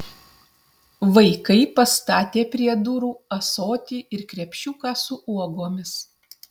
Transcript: vaikai pastatė prie durų ąsotį ir krepšiuką su uogomis